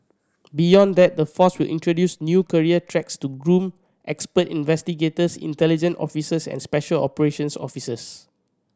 beyond that the force will introduce new career tracks to groom expert investigators intelligent officers and special operations officers